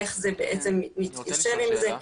איך זה בעצם מתקשר עם זה.